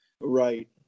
Right